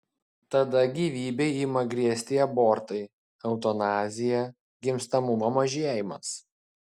tada gyvybei ima grėsti abortai eutanazija gimstamumo mažėjimas